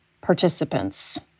participants